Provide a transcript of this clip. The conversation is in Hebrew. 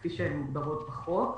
כפי שהן מוגדרות בחוק,